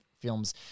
films